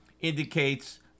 indicates